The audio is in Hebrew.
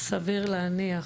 סביר להניח.